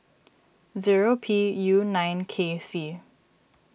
zero P U nine K C